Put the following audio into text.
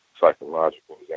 psychological